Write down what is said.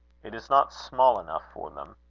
it is not small enough for them.